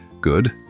Good